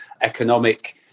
economic